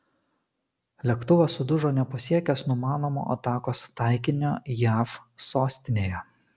lėktuvas sudužo nepasiekęs numanomo atakos taikinio jav sostinėje